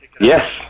Yes